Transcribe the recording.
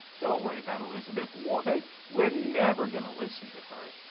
don't worry about elizabeth warren, we are never going to listen to her.